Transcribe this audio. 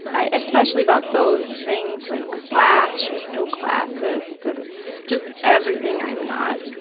ah especially about those things, like class, she was so classist, and just everything i'm not,